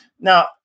Now-